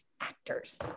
actors